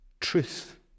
truth